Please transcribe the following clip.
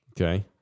Okay